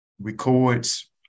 records